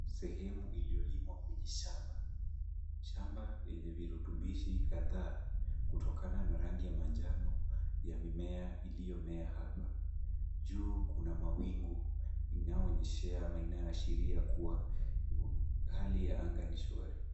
Sehemu iliyolimwa kwenye shamba. Shamba yenye virutibishi kadhaa kutokana na rangi ya manjano ya mimea iliyomea hapa. Juu kuna mawingu inayoonyeshea ama inayoashiria kuwa hali ya anga ni shwari.